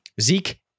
Zeke